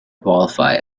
qualify